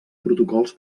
protocols